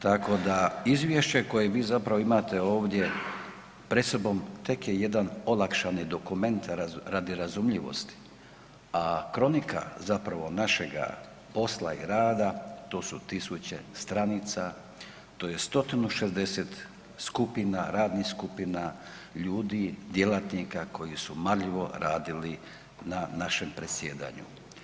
Tako da izvješće koje vi zapravo imate ovdje pred sobom tek je jedan olakšani dokument radi razumljivosti, a kronika zapravo našega posla i rada to su tisuće stranica, to je 160 skupina, radnih skupina, ljudi, djelatnika koji su marljivo radili na našem predsjedanju.